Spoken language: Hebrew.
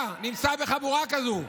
אתה נמצא בחבורה כזאת שאומרת: